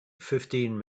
fifteen